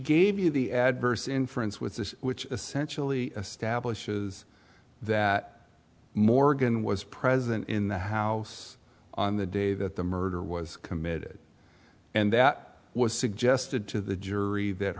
gave you the adverse inference with this which essentially establishes that morgan was present in the house on the day that the murder was committed and that was suggested to the jury that